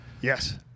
Yes